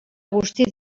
agustí